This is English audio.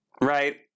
Right